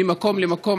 ממקום למקום,